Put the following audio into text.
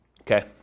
Okay